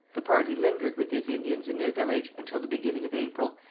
the party lingered with these indians in their village until the beginning of april,